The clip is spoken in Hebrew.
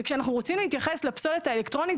כשאנחנו רוצים להתייחס לפסולת האלקטרונית,